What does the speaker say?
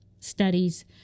studies